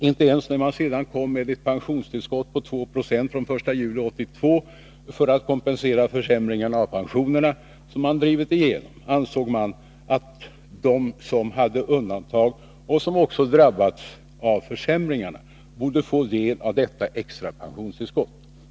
Inte ens när man sedan kom med ett pensionstillskott på 2 26 från den 1 juli 1982, för att kompensera försämringarna av pensionerna som man drivit igenom, ansåg man att de som hade undantag och som också drabbats av försämringarna borde få del av detta extra pensionstillskott.